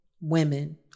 women